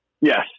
Yes